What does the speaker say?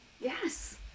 Yes